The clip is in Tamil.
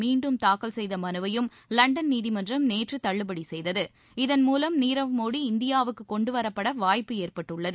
மீண்டும் தாக்கல் செய்த மனுவையும் லண்டன் நீதிமன்றம் நேற்று தள்ளுபடி ஜாமீன் கோரி அவர் செய்தது இதன் மூலம் நீரவ் மோடி இந்தியாவுக்கு கொண்டுவரப்பட வாய்ப்பு ஏற்பட்டுள்ளது